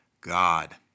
God